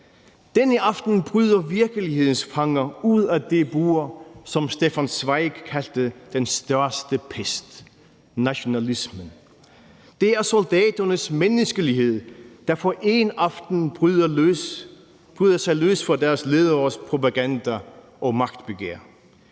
Denne aften bryder virkelighedens fanger ud af det bur, som Stefan Zweig kaldte den største pest, nationalismen. Det er soldaternes menneskelighed, der for en aften bryder løs fra deres lederes propaganda og magtbegær.